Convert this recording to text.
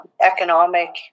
economic